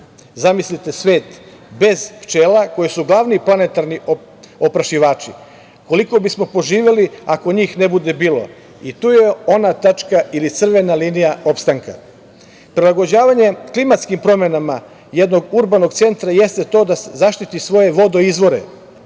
Zamislite svet bez pčela, koje su glavni planetarni oprašivači? Koliko bismo poživeli ako njih ne bude bilo. Tu je ona tačka ili crvena linija opstanka. Prilagođavanje klimatskim promenama jednog urbanog centra jeste to da zaštiti svoje vodoizvore,